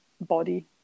body